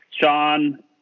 Sean